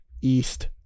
East